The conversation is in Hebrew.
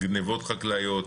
גניבות חקלאיות,